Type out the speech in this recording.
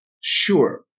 sure